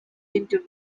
into